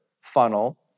funnel